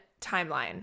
timeline